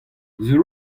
sur